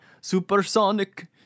supersonic